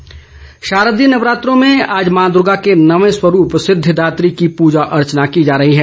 नवरात्र नवमीं शारदीय नवरात्रों में आज माँ दुर्गा के नौवे स्वरूप सिद्धिदात्री की पूजा अर्चना की जा रही है